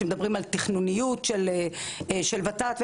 כשמדברים על תכנוניות של הוועדה לתכנון ותקצוב